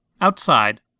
Outside